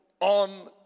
on